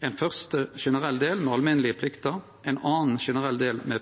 ein fyrste generell del med alminnelege plikter, ein annan generell del med